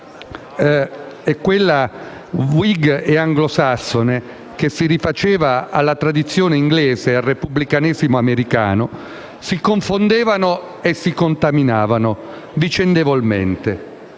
e quella Whig e anglosassone, che si rifaceva alla tradizione inglese e al repubblicanesimo americano - si confondevano e contaminavano vicendevolmente;